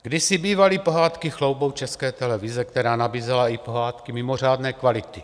Kdysi bývaly pohádky chloubou České televize, která nabízela i pohádky mimořádné kvality.